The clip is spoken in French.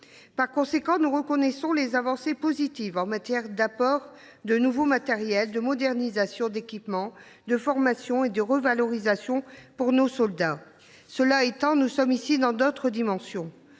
Par conséquent, nous reconnaissons les avancées positives en matière d’apports de nouveaux matériels, de modernisation d’équipements, de formation et de revalorisation pour nos soldats. Cela étant, nous sommes ici dans d’autres dimensions.